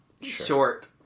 short